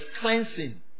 cleansing